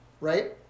right